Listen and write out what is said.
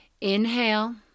Inhale